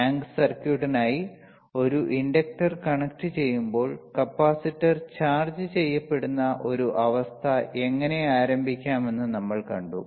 tank സർക്യൂട്ടിനായി ഒരു inductor കണക്റ്റുചെയ്യുമ്പോൾ കപ്പാസിറ്റർ ചാർജ്ജ് ചെയ്യപ്പെടുന്ന ഒരു അവസ്ഥ എങ്ങനെ ആരംഭിക്കാമെന്ന് നമ്മൾ കണ്ടു